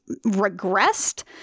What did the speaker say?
regressed